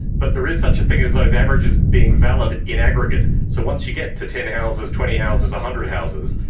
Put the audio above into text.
but there is such a thing as those averages being valid in aggregate. so once you get to ten houses, twenty houses, one ah hundred houses,